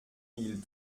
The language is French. mille